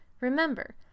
Remember